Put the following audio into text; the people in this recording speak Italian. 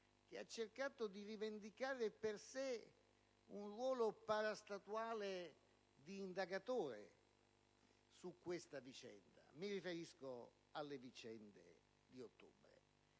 che ha cercato di rivendicare per sé un ruolo parastatuale di indagatore su questa vicenda (mi riferisco alle vicende di ottobre).